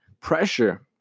pressure